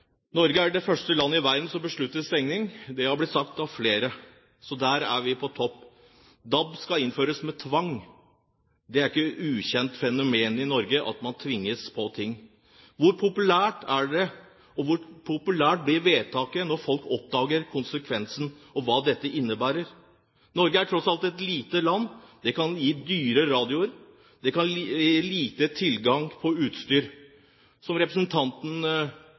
Norge er det første land i verden som beslutter stenging. Det har blitt sagt av flere. Så der er vi på topp. DAB skal innføres med tvang. Det er ikke et ukjent fenomen i Norge at man påtvinges ting. Hvor populært blir vedtaket når folk oppdager konsekvensen og hva dette innebærer? Norge er tross alt et lite land. Det kan gi dyre radioer. Det kan gi liten tilgang på utstyr. Representanten